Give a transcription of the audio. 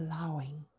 allowing